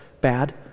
bad